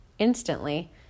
Instantly